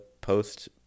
post